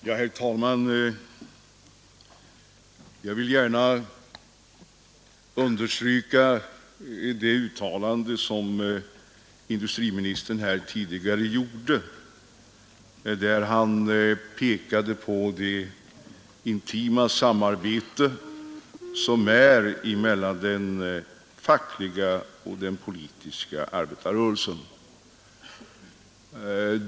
Herr talman! Jag vill gärna understryka det uttalande som industriministern här redan har gjort, där han pekade på det intima samarbetet mellan den fackliga och den politiska arbetarrörelsen.